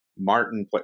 martin